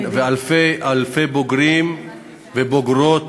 ואלפי בוגרים ובוגרות